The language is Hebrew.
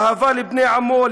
אהבה לבני עמו,